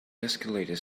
escalator